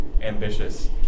ambitious